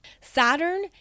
Saturn